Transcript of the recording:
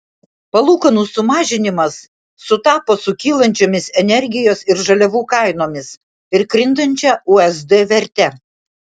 palūkanų sumažinimas sutapo su kylančiomis energijos ir žaliavų kainomis ir krintančia usd verte